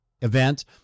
event